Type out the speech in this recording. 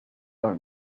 old